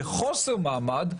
אלא בחוסר מעמד,